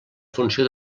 funció